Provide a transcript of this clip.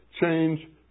change